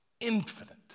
infinite